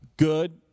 Good